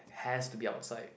has to be outside